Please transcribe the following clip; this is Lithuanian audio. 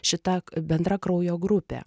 šita bendra kraujo grupė